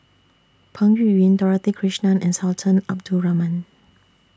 Peng Yuyun Dorothy Krishnan and Sultan Abdul Rahman